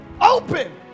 open